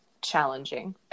challenging